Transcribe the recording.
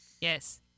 Yes